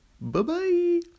Bye-bye